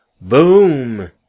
boom